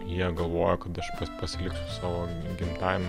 jie galvojo kad aš pats pasiliksiu savo gimtajam